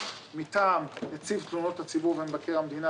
מטעם נציב תלונות הציבור ומבקר המדינה,